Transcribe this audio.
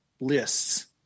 lists